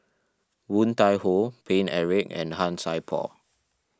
Woon Tai Ho Paine Eric and Han Sai Por